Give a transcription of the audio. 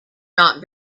not